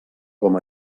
com